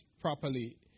properly